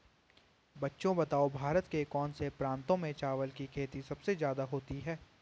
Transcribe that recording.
बच्चों बताओ भारत के कौन से प्रांतों में चावल की खेती सबसे ज्यादा होती है?